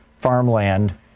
farmland